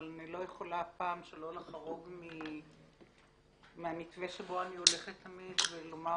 אבל אני לא יכולה הפעם שלא לחרוג מהמתווה שבו אני הולכת תמיד ולומר